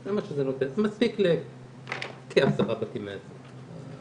זה מספיק לכעשרה בתים מאזנים.